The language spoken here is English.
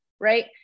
right